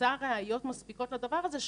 ותמצא ראיות מספיקות לדבר הזה,